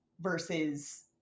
versus